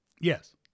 Yes